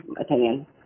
opinion